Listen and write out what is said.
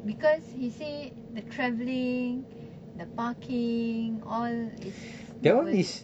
because he said the travelling the parking all is not worth it